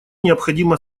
необходимо